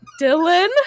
dylan